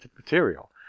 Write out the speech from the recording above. material